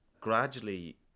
gradually